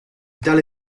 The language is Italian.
tale